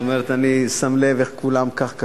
זאת אומרת, אני שם לב איך כולם כך.